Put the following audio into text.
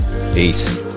Peace